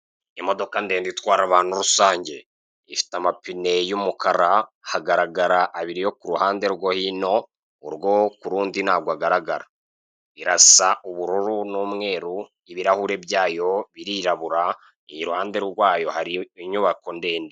Imodoka ndende itwara abantu rusange, ifite amapine y'umukara, hagaragara abiri yo kuruhande rwo hino, urwo ku rundi ntabwo agaragara, irasa ubururu n'umweru, ibirahure byayo birirabura, iruhande rwayo hari inyubako ndende.